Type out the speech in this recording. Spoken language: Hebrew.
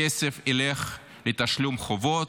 הכסף ילך לתשלום חובות,